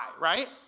right